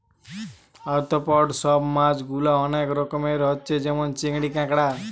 arthropod সব মাছ গুলা অনেক রকমের হচ্ছে যেমন চিংড়ি, কাঁকড়া